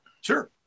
Sure